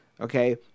okay